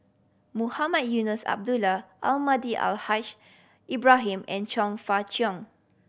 Mohamed Eunos Abdullah Almahdi Al Haj Ibrahim and Chong Fah Cheong